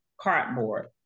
cardboard